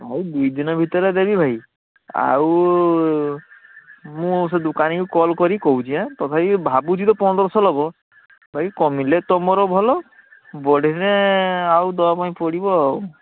ଆଉ ଦୁଇଦିନି ଭିତରେ ଦେବି ଭାଇ ଆଉ ମୁଁ ସେ ଦୁକାନୀକୁ କଲ କରିକି କହୁଛି ଆଁ ତଥାପି ଭାବୁଛି ତ ପନ୍ଦରଶହ ଲବ ଭାଇ କମିଲେ ତମର ଭଲ ବଢ଼ିନେ ଆଉ ଦବା ପାଇଁ ପଡ଼ିବ ଆଉ